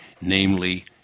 namely